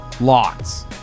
Lots